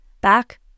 back